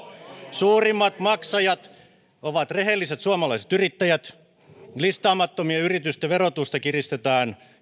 suurimmat maksajat ovat rehelliset suomalaiset yrittäjät listaamattomien yritysten verotusta kiristetään